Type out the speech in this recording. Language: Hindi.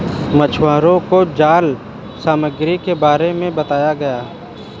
मछुवारों को जाल सामग्री के बारे में बताया गया